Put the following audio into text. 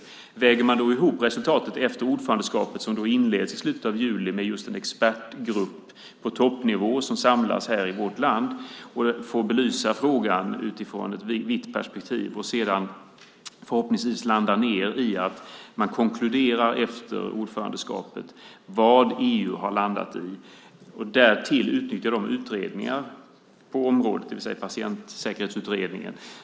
Sedan får man väga ihop resultatet efter ordförandeskapet, som inleds i slutet av juli med en expertgrupp på toppnivå som samlas här i vårt land och får belysa frågan utifrån ett vitt perspektiv. Sedan landar det förhoppningsvis i att man konkluderar efter ordförandeskapet vad EU har landat i och därtill utnyttjar de utredningar som finns på området, det vill säga Patientsäkerhetsutredningen.